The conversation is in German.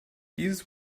dieses